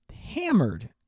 hammered